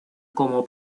como